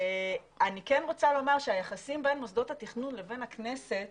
אני כן רוצה לומר שהיחסים בין מוסדות התכנון לבין הכנסת